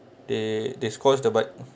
they disclosed the bike